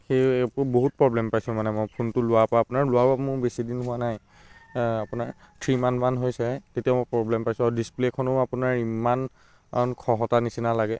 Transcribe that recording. সেই এইবোৰ বহুত প্ৰব্লেম পাইছোঁ মানে মই ফোনটো লোৱাৰ পৰা আপোনাৰ লোৱাও মোৰ বেছি দিন হোৱা নাই আপোনাৰ থ্ৰি মান্থমান হৈছে তেতিয়াও মই প্ৰব্লেম পাইছোঁ আৰু ডিছপ্লে'খনো আপোনাৰ ইমান খহটা নিচিনা লাগে